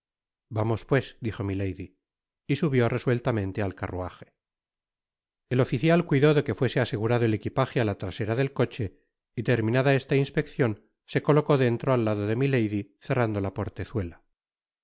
vamos pues dijo milady y subió resueltamente al carruaje el oficial cuidó de que fuese asegurado et equipaje á la trasera del coche y terminada esta inspeccion se colocó dentro al lado de milady cerrando la portezuela